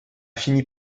fini